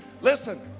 Listen